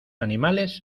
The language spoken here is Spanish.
animales